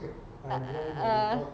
err